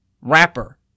rapper